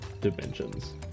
dimensions